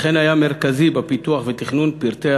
וכן היה מרכזי בפיתוח ותכנון של פרטי